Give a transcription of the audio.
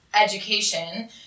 education